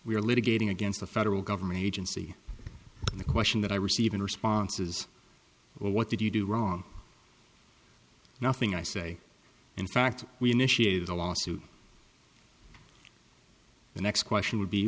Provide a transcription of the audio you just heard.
we are litigating against a federal government agency and the question that i receive in response is well what did you do wrong nothing i say in fact we initiated a lawsuit the next question would be